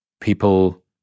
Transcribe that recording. people